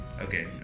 Okay